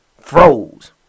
froze